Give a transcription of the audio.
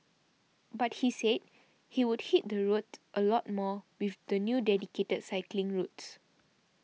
but he said he would hit the roads a lot more with the new dedicated cycling routes